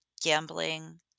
Gambling